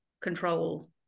control